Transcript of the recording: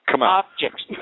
objects